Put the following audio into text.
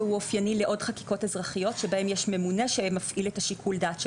אופייני לעוד חקיקות אזרחיות שבהן יש ממונה שמפעיל את שיקול הדעת שלו.